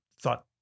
thought